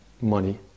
money